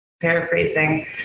paraphrasing